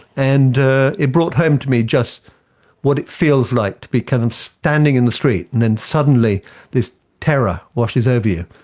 and it brought home to me just what it feels like to be kind of standing in the street and then suddenly this terror washes over you,